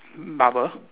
bubble